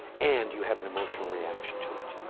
and you have an emotional reaction to it.